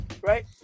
Right